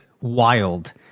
wild